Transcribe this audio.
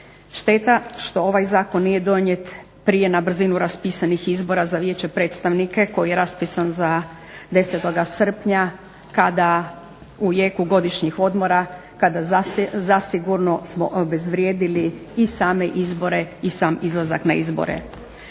Šteta što ovaj zakon nije donijet prije na brzinu raspisanih izbora za vijeće, predstavnike, koji je raspisan za 10. srpnja kada u jeku godišnjih odmora kada zasigurno smo obezvrijedili i same izbore i sam izlazak na izbore.